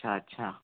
अच्छा